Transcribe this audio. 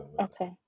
Okay